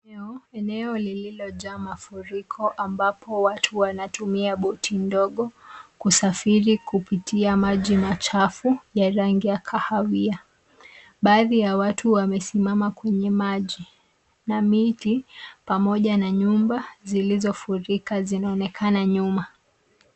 Eneo lililojaa mafuriko ambapo watu wanatumia boti ndogo kusafiri kupitia maji machafu ya rangi ya kahawia. Baadhi ya watu wamesimama kwenye maji na miti pamoja na nyumba zilizofurika zinaonekana nyuma.